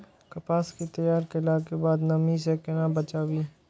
कपास के तैयार कैला कै बाद नमी से केना बचाबी?